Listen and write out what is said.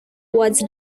was